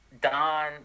Don